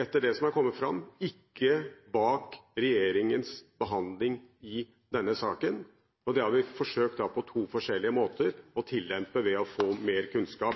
etter det som er kommet fram, ikke bak regjeringens behandling av denne saken, og det har vi forsøkt på to forskjellige måter å tillempe ved å få mer kunnskap.